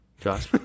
Josh